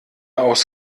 aus